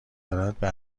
دارد، به